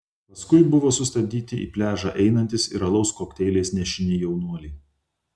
paskui buvo sustabdyti į pliažą einantys ir alaus kokteiliais nešini jaunuoliai